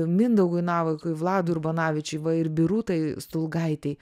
mindaugui navakui vladui urbanavičiui va ir birutai stulgaitei